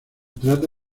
trata